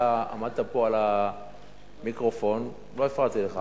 כשאתה עמדת פה ליד המיקרופון, לא הפרעת לך.